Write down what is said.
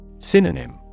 Synonym